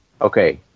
Okay